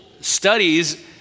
studies